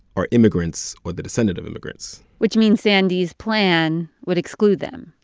are immigrants or the descendants of immigrants which means sandy's plan would exclude them.